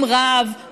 עם רב,